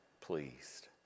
pleased